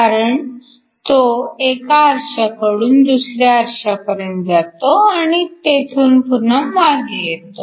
कारण तो एका आरशाकडून दुसऱ्या आरशापर्यंत जातो आणि तेथून पुन्हा मागे येतो